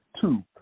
two